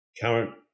current